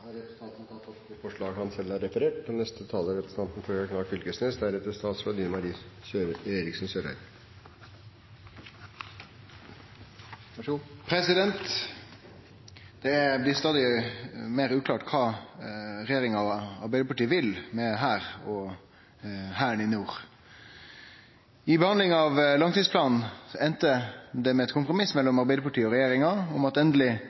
vedtatt. Representanten Ola Elvestuen har tatt opp de forslagene han refererte til. Det blir stadig meir uklart kva regjeringa og Arbeidarpartiet vil med Hæren i nord. I behandlinga av langtidsplanen enda det med eit kompromiss mellom Arbeidarpartiet og regjeringa om at endeleg